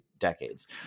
Decades